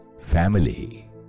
family